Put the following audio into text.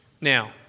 now